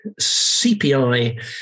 CPI